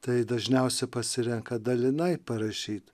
tai dažniausiai pasirenka dalinai parašyt